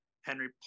Henry